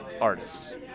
artists